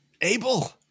Abel